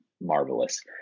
marvelous